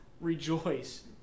Rejoice